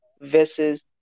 versus